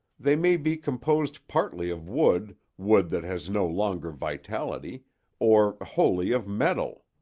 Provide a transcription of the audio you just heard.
they may be composed partly of wood wood that has no longer vitality or wholly of metal.